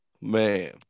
Man